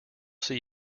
see